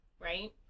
right